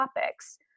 topics